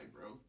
bro